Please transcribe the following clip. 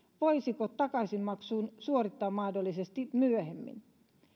voisiko takaisinmaksun suorittaa mahdollisesti myöhemmin